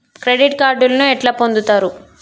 Credit కార్డులను ఎట్లా పొందుతరు?